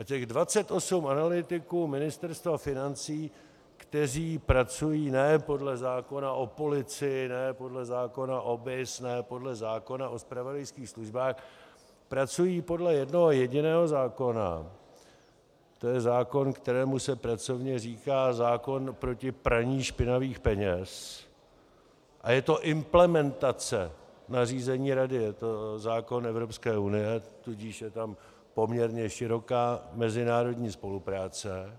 A těch 28 analytiků Ministerstva financí, kteří pracují ne podle zákona o policii, ne podle zákona o BIS, ne podle zákona o zpravodajských službách, pracují podle jednoho jediného zákona, to je zákon, kterému se pracovně říká zákon proti praní špinavých peněz, a je to implementace nařízení Rady, je to zákon Evropské unie, tudíž je tam poměrně široká mezinárodní spolupráce.